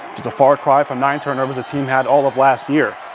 is a far cry from nine turnover the team had all of last year.